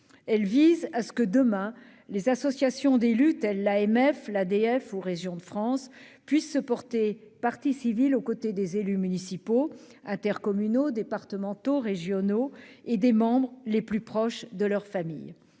texte vise à ce que, demain, les associations d'élus, telles l'AMF, l'ADF ou Régions de France, puissent se porter partie civile aux côtés des élus municipaux, intercommunaux, départementaux ou régionaux ou des membres les plus proches de leur famille.